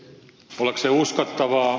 arvoisa puhemies